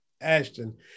Ashton